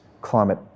climate